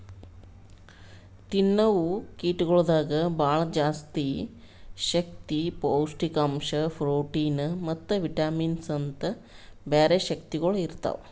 ತಿನ್ನವು ಕೀಟಗೊಳ್ದಾಗ್ ಭಾಳ ಜಾಸ್ತಿ ಶಕ್ತಿ, ಪೌಷ್ಠಿಕಾಂಶ, ಪ್ರೋಟಿನ್ ಮತ್ತ ವಿಟಮಿನ್ಸ್ ಅಂತ್ ಬ್ಯಾರೆ ಶಕ್ತಿಗೊಳ್ ಇರ್ತಾವ್